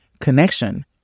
connection